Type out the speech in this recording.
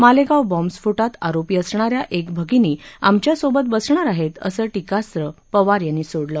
मालेगाव बॉम्बस्फोटात आरोपी असणाऱ्या एक भगिनी आमच्या सोबत बसणार आहेत असं टीकास्त्र पवार यांनी सोडलं